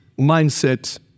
mindset